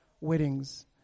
weddings